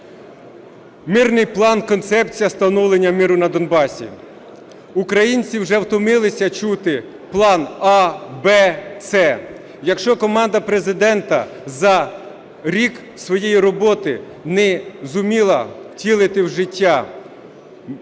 мирний план-концепція встановлення миру на Донбасі. Українці вже втомилися чути план "а", "б", "с". Якщо команда Президента за рік своєї роботи не зуміла втілити в життя,